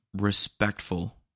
respectful